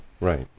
right